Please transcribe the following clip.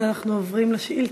אנחנו עוברים לשאילתות.